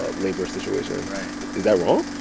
ah labor situation right is that wrong?